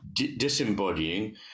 disembodying